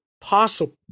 possible